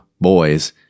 boys